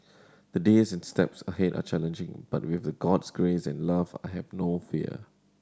the days and steps ahead are challenging but with the God's grace and love I have no fear